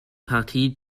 partie